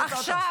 הוא לא חוזר בו.